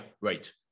right